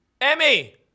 emmy